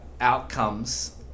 outcomes